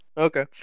okay